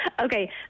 Okay